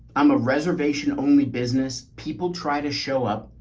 i'm a reservation only business people try to show up.